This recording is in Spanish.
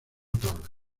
tablas